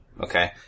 Okay